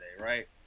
right